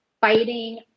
fighting